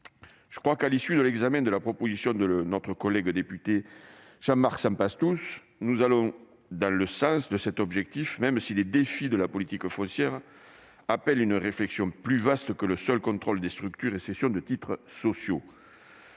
de vie. À l'issue de l'examen de la proposition de loi de notre collègue député Jean-Bernard Sempastous, nous allons, je le crois, dans le sens de cet objectif, même si les défis de la politique foncière appellent une réflexion plus vaste que le seul contrôle des structures et cessions de titres sociaux.